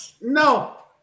no